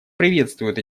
приветствует